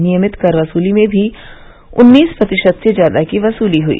नियमित कर वसूली में भी उन्नीस प्रतिशत से ज्यादा की वसूली हुई